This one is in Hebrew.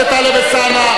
חבר הכנסת טלב אלסאנע,